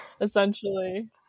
Essentially